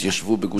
במקומות אחרים,